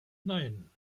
nein